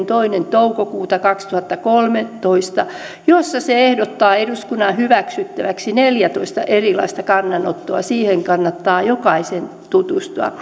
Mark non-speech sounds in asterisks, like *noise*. *unintelligible* toinen toukokuuta kaksituhattakolmetoista mietinnön jossa se ehdottaa eduskunnan hyväksyttäväksi neljäätoista erilaista kannanottoa siihen kannattaa jokaisen tutustua *unintelligible*